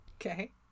Okay